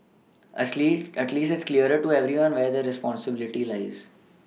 as least at least it's clearer to everyone where the responsibility lies